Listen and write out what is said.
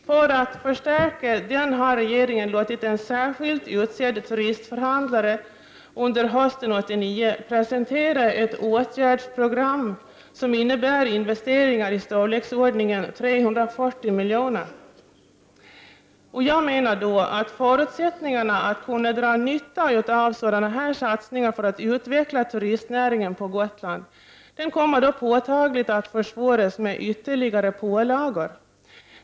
För att förstärka näringen har regeringen låtit en särskilt utsedd turismförhandlare under hösten 1989 presentera ett åtgärdsprogram som innebär investeringar i storleksordningen 340 milj.kr. Jag menar att förutsättningarna att kunna dra nytta av sådana satsningar för att utveckla turistnäringen på Gotland påtagligt kommer att försvåras med ytterligare pålagor.